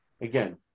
again